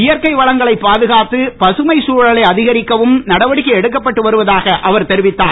இயற்கை வளங்களை பாதுகாத்து பசுமைச் தழலை அதிகரிக்கவும் நடவடிக்கை எடுக்கப்பட்டு வருவதாக அவர் தெரிவித்தார்